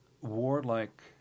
warlike